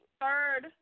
third